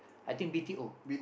I think B_T_O